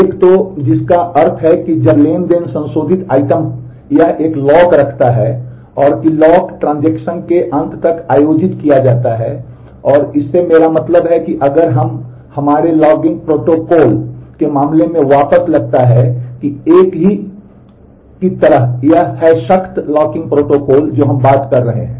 एक तो जिसका अर्थ है कि जब ट्रांज़ैक्शन संशोधित आइटम यह एक लॉक के मामले में वापस लगता है कि एक है की तरह यह है सख्त लॉकिंग प्रोटोकॉल जो हम बात कर रहे हैं